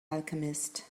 alchemist